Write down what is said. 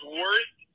worst